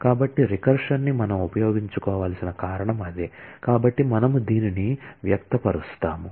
కాబట్టి రికర్సన్ ని మనం ఉపయోగించుకోవలసిన కారణం అదే కాబట్టి మనము దీనిని వ్యక్తపరుస్తాము